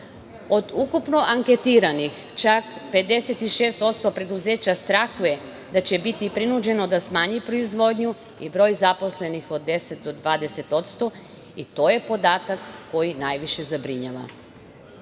Od ukupno anketiranih, čak 56% preduzeća strahuje da će biti prinuđeno da smanji proizvodnju i broj zaposlenih od 10 do 20% i to je podatak koji najviše zabrinjava.